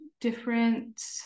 different